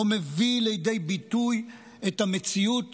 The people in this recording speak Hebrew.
לא מביא לידי ביטוי את המציאות